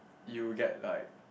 you get like